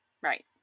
Right